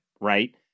right